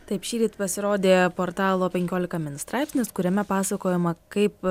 taip šįryt pasirodė portalo penkiolika min straipsnis kuriame pasakojama kaip